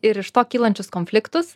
ir iš to kylančius konfliktus